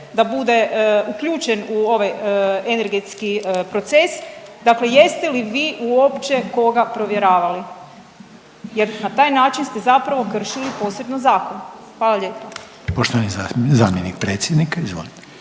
da bude uključen u ovaj energetski proces. Dakle, jeste li vi uopće koga provjeravali? Jer na taj način ste zapravo kršili posredno zakon. Hvala lijepo. **Reiner, Željko (HDZ)** Poštovani zamjenik predsjednika, izvolite.